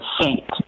saint